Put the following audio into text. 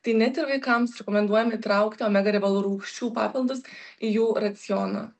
tai net ir vaikams rekomenduojam įtraukti omega riebalų rūgščių papildus į jų racioną